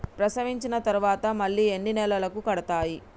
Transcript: ప్రసవించిన తర్వాత మళ్ళీ ఎన్ని నెలలకు కడతాయి?